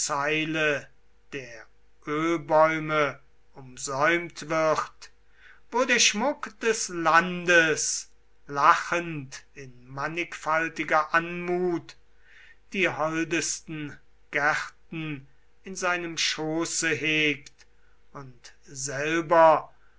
der ölbäume umsäumt wird wo der schmuck des landes lachend in mannigfaltiger anmut die holdesten gärten in seinem schoße hegt und selber